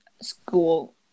school